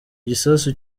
igisasu